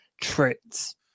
traits